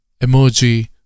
Emoji